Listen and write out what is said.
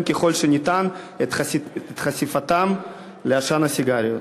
ככל שניתן את חשיפתם לעשן הסיגריות.